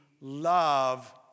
love